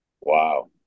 Wow